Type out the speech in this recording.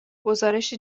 گزارشی